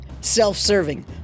Self-serving